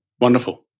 Wonderful